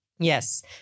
Yes